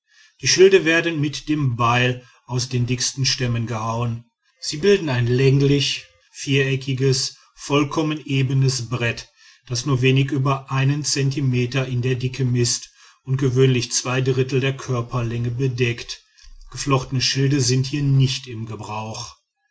die schilde werden mit dem beil aus den dicksten stämmen gehauen sie bilden ein länglich viereckiges vollkommen ebenes brett das nur wenig über einen zentimeter in der dicke mißt und gewöhnlich zwei drittel der körperlänge deckt geflochtene schilde sind hier nicht im gebrauch